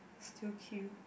still kill